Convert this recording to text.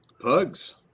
Hugs